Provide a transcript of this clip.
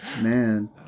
Man